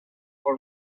for